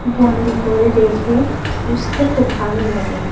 বন্দি করে রেখে পুষতে খুব ভালো লাগে